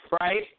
right